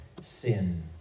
sin